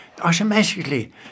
automatically